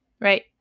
right